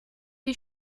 die